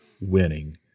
winning